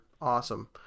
awesome